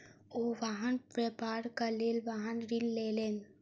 ओ वाहन व्यापारक लेल वाहन ऋण लेलैन